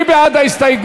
מי בעד?